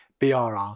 BRR